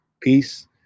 peace